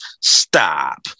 stop